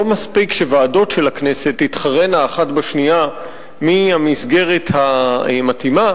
לא מספיק שוועדות של הכנסת תתחרינה האחת בשנייה מה המסגרת המתאימה,